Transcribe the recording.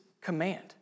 command